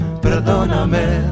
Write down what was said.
perdóname